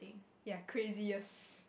ya craziest